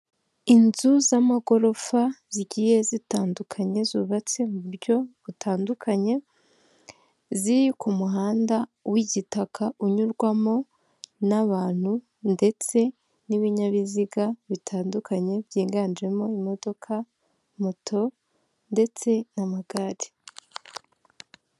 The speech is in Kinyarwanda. Inzu z'amagorofa zigiye zitandukanye zubatse mu buryo butandukanye, ziri ku muhanda w'igitaka unyurwamo n'abantu ndetse n'ibinyabiziga bitandukanye byiganjemo imodoka, moto ndetse n'amagare.